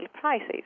prices